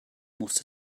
muss